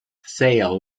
sail